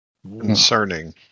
Concerning